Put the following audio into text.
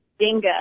Dinga